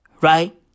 right